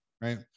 Right